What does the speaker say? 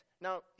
Now